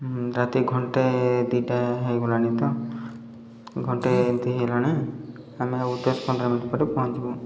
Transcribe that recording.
ରାତି ଘଣ୍ଟେ ଦୁଇଟା ହେଇଗଲାଣି ତ ଘଣ୍ଟେ ଏମିତି ହେଇଗଲାଣି ଆମେ ଆଉ ଦଶ ପନ୍ଦର ମିନିଟ୍ ପରେ ପହଞ୍ଚିବୁ